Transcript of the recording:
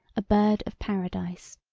a bird of paradise.